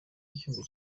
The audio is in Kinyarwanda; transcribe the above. y’icyumba